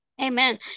Amen